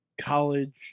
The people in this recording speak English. college